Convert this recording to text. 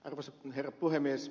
arvoisa herra puhemies